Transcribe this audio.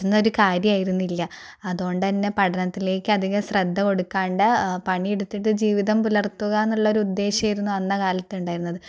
പറ്റുന്ന ഒരു കാര്യമായിരുന്നില്ല അതുകൊണ്ട് തന്നെ പഠനത്തിലേക്ക് അധികം ശ്രദ്ധ കൊടുക്കാണ്ട് പണിയെടുത്തിട്ട് ജീവിതം പുലർത്തുക എന്നുള്ള ഒരു ഉദ്ദേശമായിരുന്നു അന്ന് കാലത്ത് ഉണ്ടായിരുന്നത്